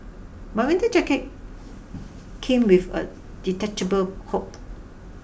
my winter jacket came with a detachable hood